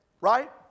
Right